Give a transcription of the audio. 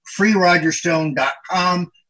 freerogerstone.com